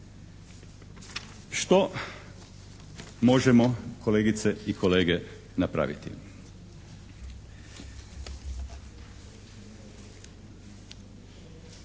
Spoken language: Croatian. Što možemo kolegice i kolege napraviti?